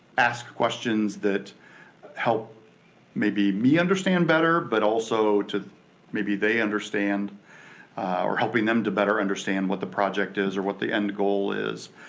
ask questions that help maybe me understand better but also maybe they understand or helping them to better understand what the project is or what the end goal is.